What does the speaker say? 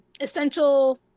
essential